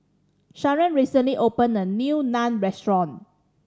Sharen recently opened a new Naan Restaurant